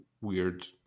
weird